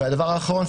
הדבר האחרון,